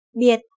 biệt